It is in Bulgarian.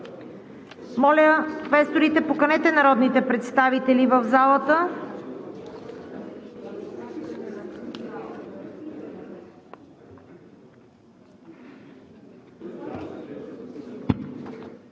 Моля, квесторите, поканете народните представители в залата!